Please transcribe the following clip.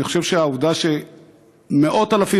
אני חושב שהעובדה שמאות אלפים,